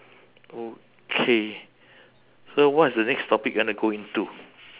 okay so what is the next topic you want to go into